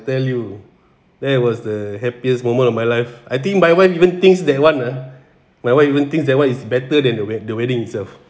tell you that was the happiest moment of my life I think my wife even thinks that one ah my wife even thinks that one is better than the wed~ the weddings itself